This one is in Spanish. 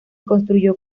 construyó